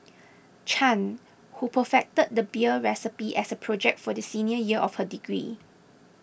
Chan who perfected the beer recipe as a project for the senior year of her degree